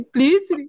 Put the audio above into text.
Please